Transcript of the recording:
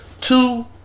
Two